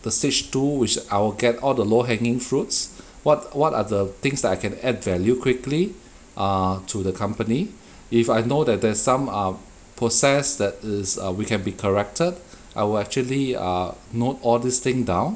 the stage two which I will get all the low-hanging fruits what what are the things that I can add value quickly uh to the company if I know that there's some uh process that is err we can be corrected I will actually uh note all this thing down